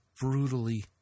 brutally